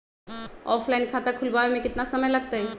Offline खाता खुलबाबे में केतना समय लगतई?